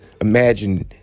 imagine